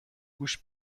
گوش